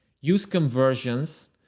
used conversions,